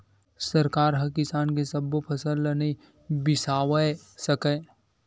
सरकार ह किसान के सब्बो फसल ल नइ बिसावय सकय